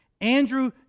Andrew